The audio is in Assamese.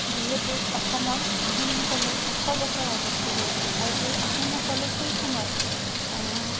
যিহেতু অসমত আহোমসকলে ছশ বছৰ ৰাজত্ব কৰিছিল আৰু এই আহোমসকলে সেই সময়ত